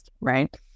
right